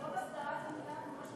היום הסדרה זו מילה ממש מגונה.